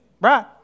Right